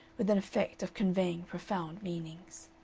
with an effect of conveying profound meanings.